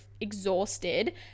exhausted